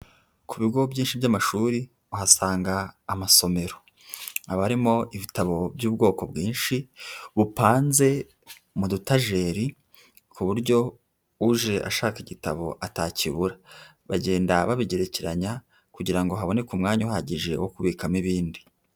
Ku bigo byinshi by'amashuri, uhasanga amasomero. Aba arimo ibitabo by'ubwoko bwinshi, bupanze mu dutajeri, ku buryo uje ashaka igitabo atakibura. Bagenda babigerekeranya, kugira ngo haboneke umwanya uhagije wo kubikamo ibindi.